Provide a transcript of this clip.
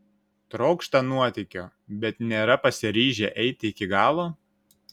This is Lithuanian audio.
trokšta nuotykio bet nėra pasiryžę eiti iki galo